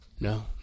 No